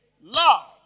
love